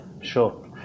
sure